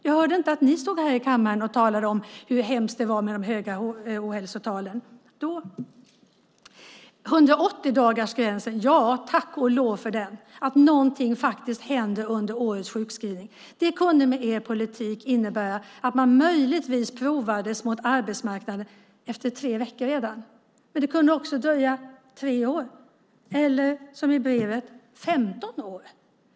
Jag hörde inte att ni då stod här i kammaren och talade om hur hemskt det var med de höga ohälsotalen. Tack och lov för 180-dagarsgränsen och att någonting faktiskt händer under årets sjukskrivning. Det kunde med er politik innebära att man möjligtvis prövades mot arbetsmarknaden redan efter tre veckor. Men det kunde också dröja tre år eller, som framgår av brevet, 15 år.